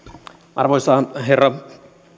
arvoisa herra